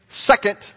second